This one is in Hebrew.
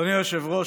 אדוני היושב-ראש,